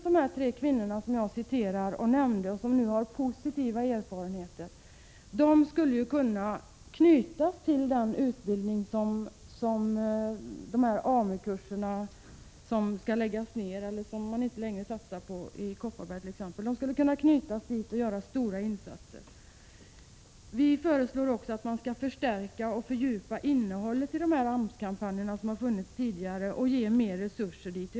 De tre kvinnor som jag här nämnt och som har positiva erfarenheter skulle kunna knytas till den utbildning som AMU-kurserna innebär men som man inte längre satsar på i t.ex. Kopparberg och skulle därmed kunna göra stora insatser. Vi föreslår också att man skall förstärka och fördjupa innehållet i de AMS-kampanjer som funnits samt ge mer resurser.